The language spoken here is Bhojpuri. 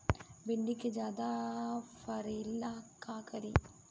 भिंडी के ज्यादा फरेला का करी?